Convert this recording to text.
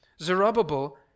Zerubbabel